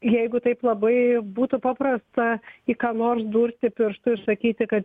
jeigu taip labai būtų paprasta į ką nors durti pirštu ir sakyti kad